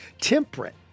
temperate